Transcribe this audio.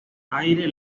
aire